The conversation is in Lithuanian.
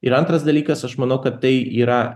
ir antras dalykas aš manau kad tai yra